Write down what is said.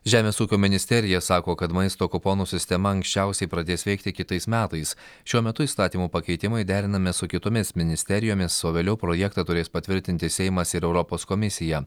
žemės ūkio ministerija sako kad maisto kuponų sistema anksčiausiai pradės veikti kitais metais šiuo metu įstatymo pakeitimai derinami su kitomis ministerijomis o vėliau projektą turės patvirtinti seimas ir europos komisija